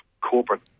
corporate